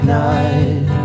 night